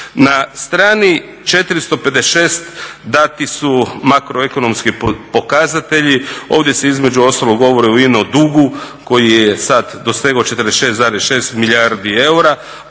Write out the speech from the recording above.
Na strani 456. dati su makro ekonomski pokazatelji. Ovdje se između ostalog govori o ino dugu koji je sad dosegao 46,6 milijardi eura.